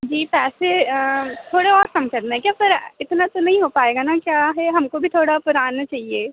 जी पैसे थोड़े और कम करना है क्या पर इतना तो नहीं हो पाएगा ना क्या है हमको भी थोड़ा पराना चाहिए